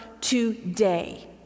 today